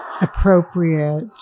appropriate